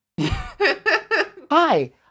Hi